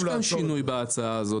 אדוני אבל יש כאן שינוי בהצעה הזאת,